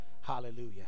Hallelujah